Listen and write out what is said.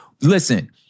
Listen